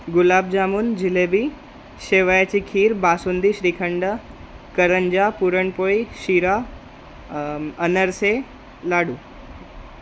गुलाबजामून जिलेबी शेवयाची खीर बासुंदी श्रीखंड करंज्या पुरणपोळी शिरा अनारसे लाडू